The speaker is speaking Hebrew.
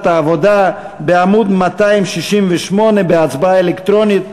העבודה בעמוד 268 בהצבעה אלקטרונית,